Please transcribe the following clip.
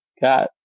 got